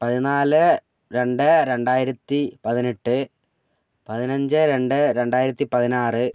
പതിനാല് രണ്ട് രണ്ടായിരത്തിപ്പതിനെട്ട് പതിനഞ്ച് രണ്ട് രണ്ടായിരത്തിപ്പതിനാറ്